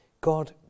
God